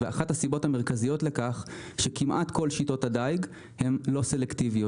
ואחת הסיבות המרכזיות לכך שכמעט כל שיטות הדיג הן לא סלקטיביות.